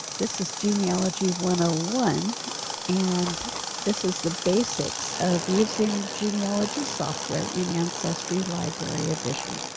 this is genealogy one a one and this is the basics of using genealogy software and ancestry library edition.